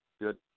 good